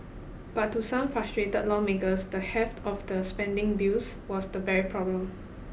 but to some frustrated lawmakers the heft of the spending bills was the very problem